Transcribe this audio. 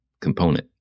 component